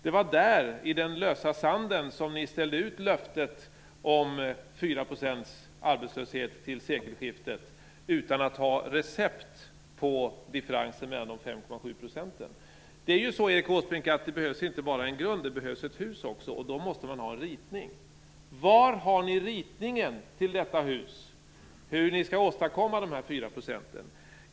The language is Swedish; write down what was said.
Det var där, i den lösa sanden, som ni ställde ut löftet om 4 procents arbetslöshet till sekelskiftet utan att ha recept på differensen upp till de 5,7 procenten. Det är ju så, Erik Åsbrink, att det inte bara behövs en grund, det behövs ett hus också. Då måste man ha en ritning. Var har ni ritningen till detta hus? Hur skall ni åstadkomma de här 4 procenten?